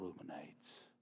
illuminates